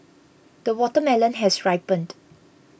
the watermelon has ripened